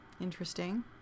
interesting